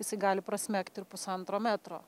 jisai gali prasmegti ir pusantro metro